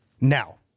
now